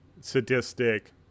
sadistic